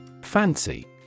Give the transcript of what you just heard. Fancy